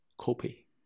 copy